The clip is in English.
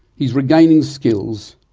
he's regaining skills,